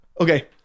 Okay